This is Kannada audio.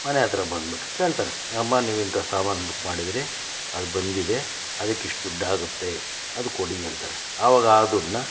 ಮನೆ ಹತ್ತಿರ ಬಂದುಬಿಟ್ಟು ಕೇಳ್ತಾರೆ ಅಮ್ಮ ನೀವು ಇಂಥ ಸಾಮಾನು ಬುಕ್ ಮಾಡಿದ್ದೀರಿ ಅದು ಬಂದಿದೆ ಅದಕ್ಕಿಷ್ಟು ದುಡ್ಡಾಗುತ್ತೆ ಅದು ಕೊಡಿ ಅಂತಾರೆ ಆವಾಗ ಆ ದುಡ್ಡನ್ನ